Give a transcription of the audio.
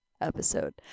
episode